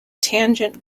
tangent